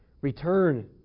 return